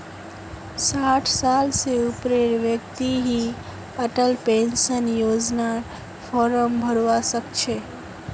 साठ साल स ऊपरेर व्यक्ति ही अटल पेन्शन योजनार फार्म भरवा सक छह